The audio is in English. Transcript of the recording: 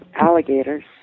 alligators